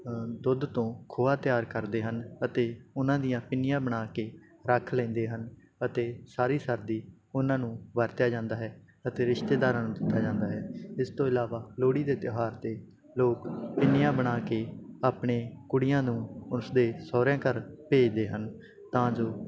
ਦੁੱਧ ਤੋਂ ਖੋਆ ਤਿਆਰ ਕਰਦੇ ਹਨ ਅਤੇ ਉਹਨਾਂ ਦੀਆਂ ਪਿੰਨੀਆਂ ਬਣਾ ਕੇ ਰੱਖ ਲੈਂਦੇ ਹਨ ਅਤੇ ਸਾਰੀ ਸਰਦੀ ਉਹਨਾਂ ਨੂੰ ਵਰਤਿਆ ਜਾਂਦਾ ਹੈ ਅਤੇ ਰਿਸ਼ਤੇਦਾਰਾਂ ਨੂੰ ਦਿੱਤਾ ਜਾਂਦਾ ਹੈ ਇਸ ਤੋਂ ਇਲਾਵਾ ਲੋਹੜੀ ਦੇ ਤਿਉਹਾਰ 'ਤੇ ਲੋਕ ਪਿੰਨੀਆਂ ਬਣਾ ਕੇ ਆਪਣੇ ਕੁੜੀਆਂ ਨੂੰ ਉਸਦੇ ਸਹੁਰਿਆਂ ਘਰ ਭੇਜਦੇ ਹਨ ਤਾਂ ਜੋ